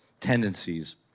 tendencies